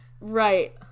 right